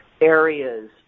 areas